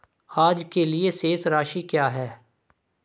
आज के लिए शेष राशि क्या है?